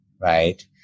right